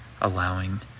allowing